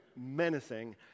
menacing